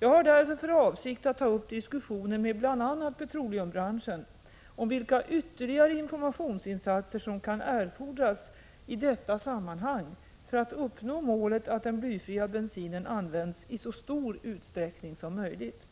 Jag har därför för avsikt att ta upp diskussioner med bl.a. petroleumbranschen om vilka ytterligare informationsinsatser som kan erfordras i detta sammanhang för att uppnå målet att den blyfria bensinen används i så stor utsträckning som möjligt.